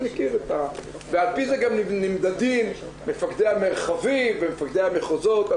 ועל פי זה גם נמדדים מפקדי המרחבים ומפקדי המחוזות.